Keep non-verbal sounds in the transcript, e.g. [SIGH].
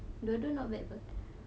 [NOISE]